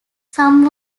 some